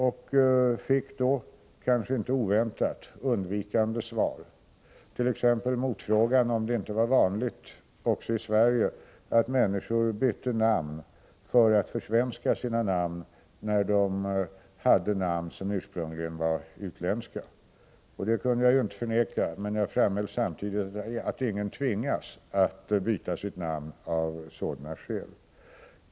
Jag fick då — kanske inte oväntat — undvikande svar, t.ex. motfrågan om det inte var vanligt också i Sverige att människor bytte namn för att försvenska sina namn när de de hade ursprungligen var utländska. Det kunde jag ju inte förneka, men jag framhöll samtidigt att ingen tvingas att byta sitt namn av sådana skäl.